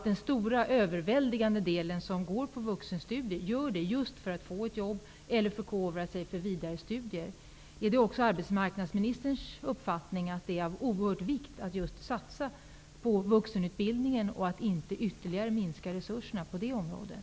Den stora, överväldigande delen studerande som bedriver vuxenstudier gör det just för att få ett jobb eller för att förkovra sig inför vidare studier. Är det också arbetsmarknadsministerns uppfattning att det är av oerhörd vikt att satsa på vuxenutbildningen och att inte ytterligare minska resurserna på det området?